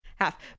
half